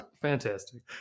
Fantastic